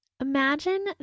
Imagine